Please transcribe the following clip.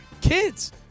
Kids